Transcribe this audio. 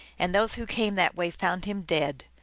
and those who came that way found him dead,